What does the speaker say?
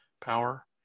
power